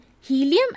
helium